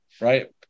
right